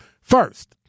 First